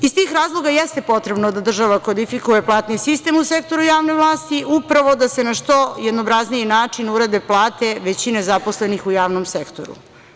Iz tih razloga jeste potrebno da država kodifikuje platni sistem u sektoru javne vlasti upravo da se na što jednobrazniji način urade plate većine zaposlenih u javnom sektoru.